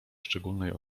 szczególnej